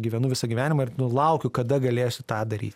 gyvenu visą gyvenimą ir laukiu kada galėsiu tą daryt